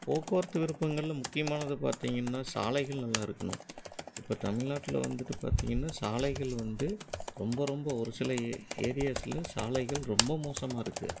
போக்குவரத்து விருப்பங்களில் முக்கியமானது பார்த்திங்கன்னா சாலைகள் நல்லாயிருக்கணும் இப்போ தமிழ்நாட்டில் வந்துட்டு பார்த்திங்கன்னா சாலைகள் வந்து ரொம்ப ரொம்ப ஒரு சில ஏரியாஸில் சாலைகள் ரொம்ப மோசமாக இருக்குது